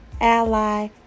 ally